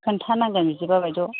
खोनथानांगोन बिदिबा बायद'